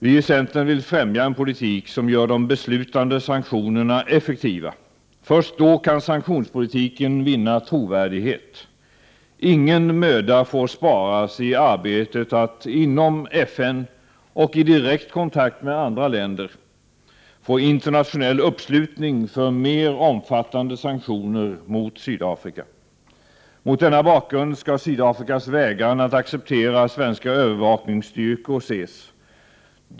Vi i centern vill främja en politik som gör de beslutade sanktionerna effektiva. Först då kan sanktionspolitiken vinna trovärdighet. Ingen möda får sparas i arbetet att, inom FN och i direkt kontakt med andra länder, få internationell uppslutning för mer omfattande sanktioner mot Sydafrika. Mot denna bakgrund skall Sydafrikas vägran att acceptera svenska övervakningsstyrkor ses.